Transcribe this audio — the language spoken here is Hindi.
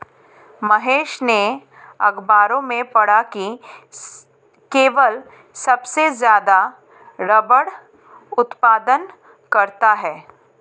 महेश ने अखबार में पढ़ा की केरल सबसे ज्यादा रबड़ उत्पादन करता है